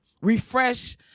refresh